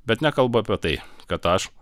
bet nekalba apie tai kad aš